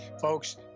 folks